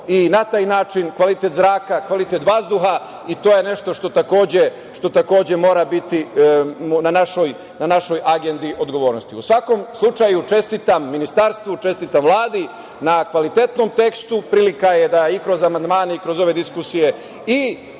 i na taj način kvalitet zraka, kvalitet vazduha. I to je nešto što takođe mora biti na našoj agendi odgovornosti.U svakom slučaju, čestitam ministarstvu, čestitam Vladi na kvalitetnom tekstu. Prilika je da kroz amandmane i kroz ove diskusije damo